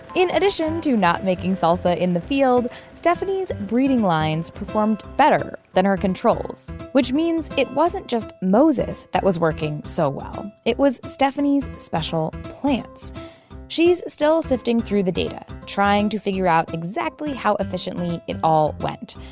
in addition to not making salsa in the field, stephanie's breeding lines performed better than her controls, which means it wasn't just moses that was working so well. it was stephanie's special plants she's still sifting through the data, trying to figure out exactly how efficiently it all went.